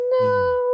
No